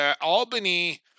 Albany